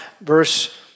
verse